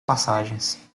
passagens